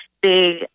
big